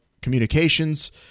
communications